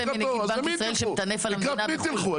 חייל בודד, ריבונו של עולם.